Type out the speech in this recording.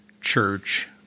church